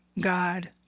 God